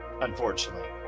Unfortunately